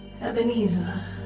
Ebenezer